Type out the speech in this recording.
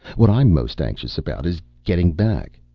what i'm most anxious about is getting back.